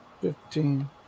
Fifteen